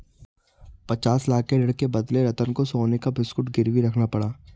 पचास लाख के ऋण के बदले रतन को सोने का बिस्कुट गिरवी रखना पड़ा